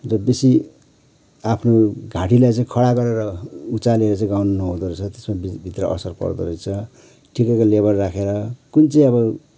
जो बेसी आफ्नो घाँटीलाई चाहिँ खडा गरेर उचालेर चाहिँ गाउनु न हुँदो रहेछ त्यसमा भित्र असर पर्दो रहेछ ठिकैको लेभल राखेर कुन चाहिँ अब